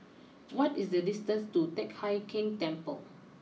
what is the distance to Teck Hai Keng Temple